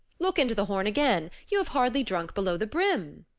look into the horn again. you have hardly drunk below the brim.